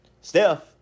Steph